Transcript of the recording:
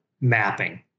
mapping